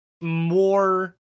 more